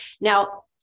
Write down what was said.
Now